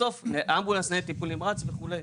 בסוף, אמבולנס, ניידת טיפול נמרץ וכולי.